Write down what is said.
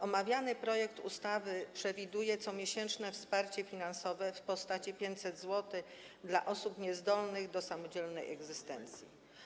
Omawiany projekt ustawy przewiduje comiesięczne wsparcie finansowe w postaci 500 zł dla osób niezdolnych do samodzielnej egzystencji.